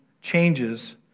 changes